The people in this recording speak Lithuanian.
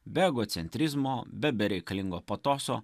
be egocentrizmo be bereikalingo patoso